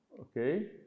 Okay